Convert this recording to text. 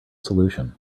solution